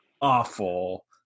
awful